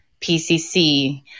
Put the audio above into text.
PCC